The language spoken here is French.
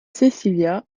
cecilia